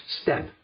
step